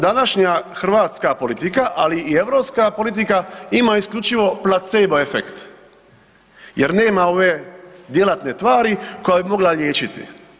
Današnja hrvatska politika ali i europska politika ima isključivo placebo efekt jer nema ove djelatne tvari koja bi mogla liječiti.